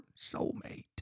soulmate